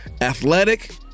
athletic